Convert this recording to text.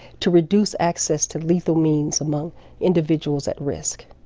to reduce access to lethal means among individuals at risk.